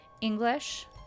English